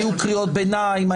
היו קריאות ביניים.